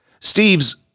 Steve's